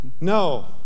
No